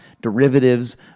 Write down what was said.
derivatives